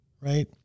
right